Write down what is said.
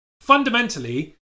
fundamentally